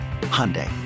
Hyundai